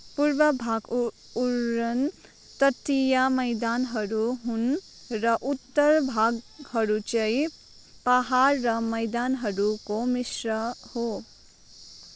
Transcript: पूर्व भाग उरन तटीया मैदानहरू हुन् र उत्तर भागहरूचै पाहाड र मैदानहरूको मिश्र हो